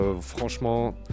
franchement